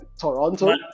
Toronto